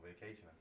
vacation